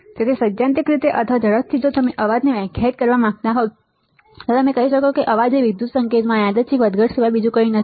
તેથી સૈદ્ધાંતિક રીતે અથવા ઝડપથી જો તમે અવાજ ને વ્યાખ્યાયિત કરવા માંગતા હો તો તમે કહી શકો છો કે અવાજ એ વિદ્યુત સંકેતમાં યાદચ્છિક વધઘટ સિવાય બીજું કંઈ નથી